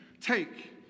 take